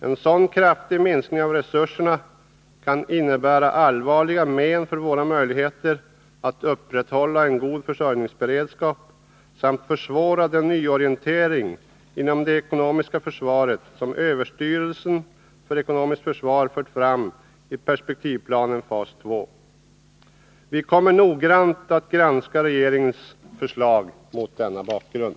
En så kraftig minskning av resurserna kan innebära allvarliga men när det gäller våra möjligheter att upprätthålla en god försörjningsberedskap samt försvåra den nyorientering inom det ekonomiska försvaret som överstyrelsen för ekonomiskt försvar fört fram i perspektivplanen, fas 2. Vi kommer att noggrant granska regeringens förslag mot denna bakgrund.